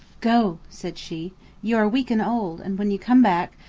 go, said she you are weak and old and when you come back,